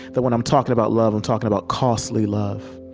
but when i'm talking about love i'm talking about costly love,